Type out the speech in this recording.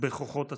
בכוחות עצמנו,